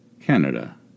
Canada